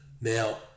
Now